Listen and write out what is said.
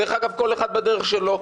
דרך אגב, כל אחד בדרך שלו.